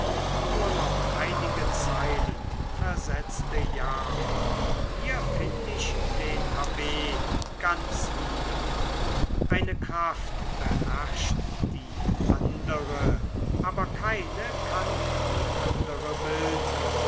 nur noch einige zeilen versetzte jarno hier find ich den abb ganz wieder eine kraft beherrscht die andere aber keine kann die andere bilden